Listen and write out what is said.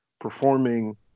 performing